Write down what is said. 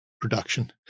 production